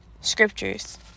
scriptures